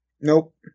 Nope